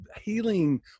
healing